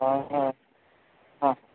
ହଁ ହଁ ହଁ